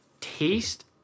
taste –